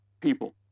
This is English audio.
people